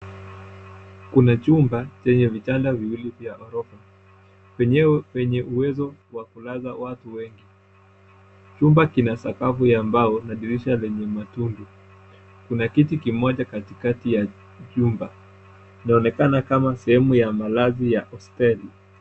Kuna chumba chenye vitanda viwili vya orofa yenye uwezo wa kulaza watu wengi. Chumba kina sakafu ya mbao na dirisha lenye matundu. Kuna kiti kimoja katikati ya chumba. Inaonekana kama sehemu ya malazi ya hosteli.